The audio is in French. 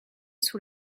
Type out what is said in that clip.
sous